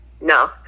No